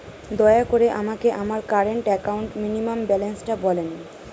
দয়া করে আমাকে আমার কারেন্ট অ্যাকাউন্ট মিনিমাম ব্যালান্সটা বলেন